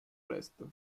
resto